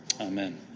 Amen